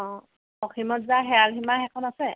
অ অসীমত যাৰ হেৰাল সীমা সেইখন আছে